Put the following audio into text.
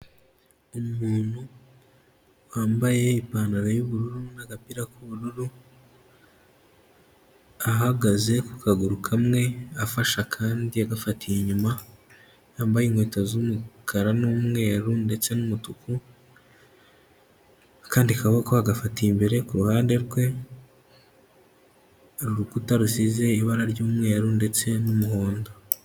Umuntu wambaye ipantaro y'ubururu n'agapira k'ubururu ahagaze ku kaguru kamwe afasha akandi agafatiye inyuma yambaye inkweto z'umukara n'umweru ndetse n'umutuku, akandi kaboko agafata imbere ku ruhande rwe, ku rukuta rusize ibara ry'umweru ndetse n'umuhondo.